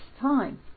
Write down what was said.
time